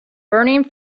burning